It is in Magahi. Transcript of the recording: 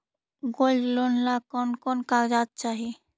गोल्ड लोन ला कौन कौन कागजात चाही?